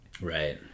Right